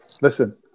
listen